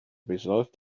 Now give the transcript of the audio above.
resolved